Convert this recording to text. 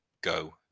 go